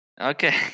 Okay